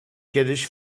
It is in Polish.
kiedyś